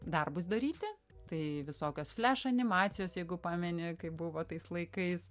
darbus daryti tai visokios fleš animacijos jeigu pameni kai buvo tais laikais